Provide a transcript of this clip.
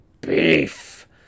beef